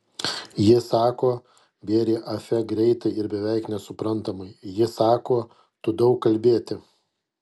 ji sako bėrė afe greitai ir beveik nesuprantamai ji sako tu daug kalbėti